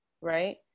right